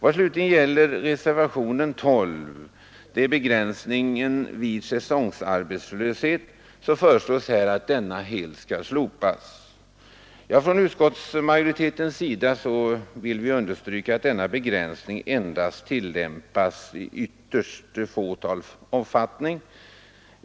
I reservationen 12 slutligen föreslås att begränsningen vid säsongarbetslöshet skall helt slopas. Från utskottsmajoriteten vill vi understryka att denna begränsningsregel endast tillämpas i ytterst begränsad omfattning.